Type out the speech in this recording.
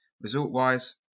result-wise